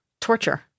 Torture